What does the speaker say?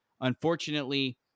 Unfortunately